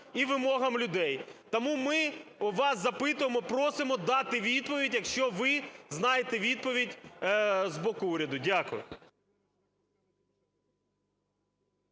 і вимогам людей. Тому ми у вас запитуємо, просимо дати відповідь, якщо ви знаєте відповідь з боку уряду. Дякую.